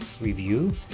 review